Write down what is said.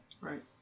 Right